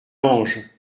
ange